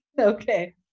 Okay